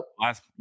last